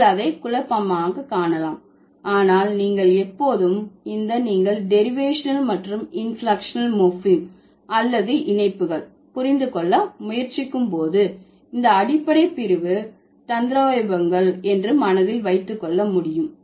நீங்கள் அதை குழப்பமான காணலாம் ஆனால் நீங்கள் எப்போதும் இந்த நீங்கள் டெரிவேஷனல் மற்றும் இன்பிளெக்க்ஷனல் மோர்பீம் அல்லது இணைப்புகள் புரிந்து கொள்ள முயற்சி போது இந்த அடிப்படை பிரிவு தந்திரோபாயங்கள் என்று மனதில் வைத்து கொள்ள முடியும்